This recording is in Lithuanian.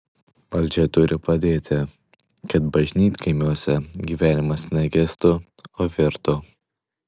valdžia turi padėti kad bažnytkaimiuose gyvenimas ne gestų o virtų